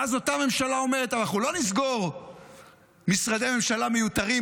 ואז אותה ממשלה אומרת: אנחנו לא נסגור משרדי ממשלה מיותרים,